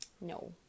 No